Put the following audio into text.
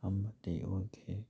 ꯑꯃꯗꯤ ꯑꯣꯏꯈꯤ